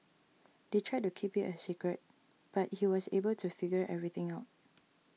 they tried to keep it a secret but he was able to figure everything out